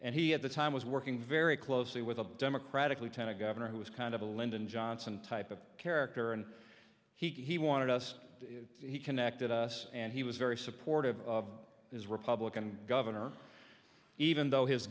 and he at the time was working very closely with a democratic lieutenant governor who was kind of a lyndon johnson type of character and he wanted us to he connected us and he was very supportive of his republican governor even though his